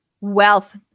wealth